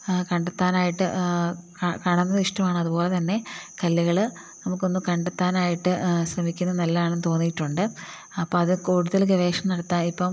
കണ്ടെത്താനായിട്ട് കാണാൻ ഇഷ്ടമാണ് അതുപോലെ തന്നെ കല്ലുകൾ നമുക്ക് ഒന്ന് കണ്ടെത്താനായിട്ട് ശ്രമിക്കുന്നത് നല്ലതാണെന്ന് തോന്നിയിട്ടുണ്ട് അപ്പം അതിൽ കൂടുതൽ ഗവേഷണം നടത്താൻ ഇപ്പം